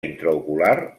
intraocular